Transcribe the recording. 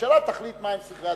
הממשלה תחליט מהם סדרי העדיפויות.